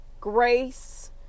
Grace